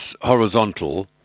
horizontal